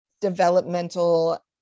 developmental